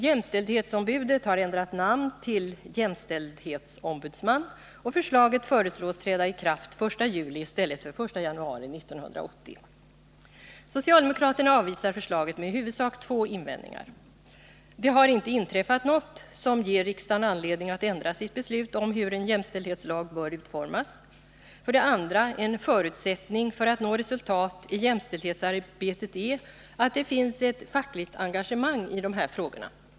Jämställdhetsombudet har ändrat namn till jämställdhetsombudsman, och förslaget föreslås träda i kraft den 1 juli i stället för den 1 januari 1980. Socialdemokraterna avvisar förslaget med i huvudsak två invändningar: 1. Det har inte inträffat något som ger riksdagen anledning att ändra sitt beslut om hur en jämställdhetslag bör utformas. 2. En förutsättning för att nå resultat i jämställdhetsarbetet är att det finns ett fackligt engagemang i de här frågorna.